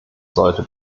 sollte